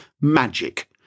magic